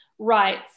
Right